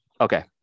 Okay